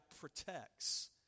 protects